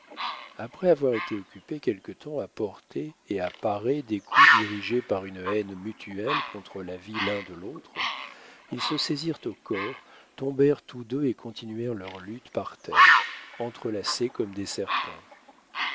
après avoir été occupés quelque temps à porter et à parer des coups dirigés par une haine mutuelle contre la vie l'un de l'autre ils se saisirent au corps tombèrent tous deux et continuèrent leur lutte par terre entrelacés comme des serpents